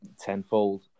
tenfold